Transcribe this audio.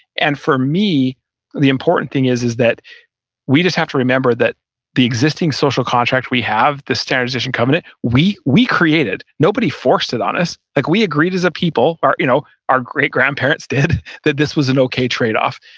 and for me the important thing is, is that we just have to remember that the existing social contracts we have, the standardization covenant, we we created. nobody forced it on us. like we agreed as a people, our you know our great grandparents did that this was an okay tradeoff.